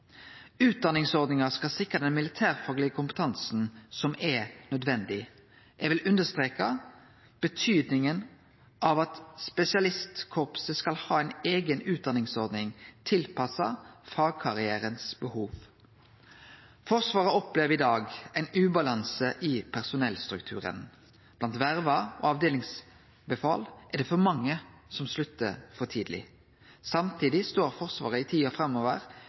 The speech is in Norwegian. Utdanningsordninga skal sikre den militærfaglege kompetansen som er nødvendig. Eg vil understreke betydninga av at spesialistkorpset skal ha ei eiga utdanningsordning tilpassa fagkarrierens behov. Forsvaret opplever i dag ein ubalanse i personellstrukturen. Blant verva og avdelingsbefal er det for mange som sluttar for tidleg. Samtidig står Forsvaret i tida framover